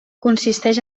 consisteix